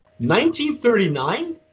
1939